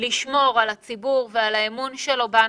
לשמור על הציבור ועל האמון שלו בנו,